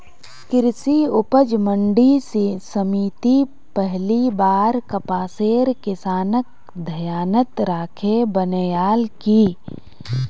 कृषि उपज मंडी समिति पहली बार कपासेर किसानक ध्यानत राखे बनैयाल की